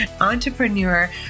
entrepreneur